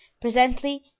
Presently